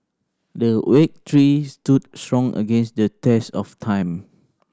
the week tree stood strong against the test of time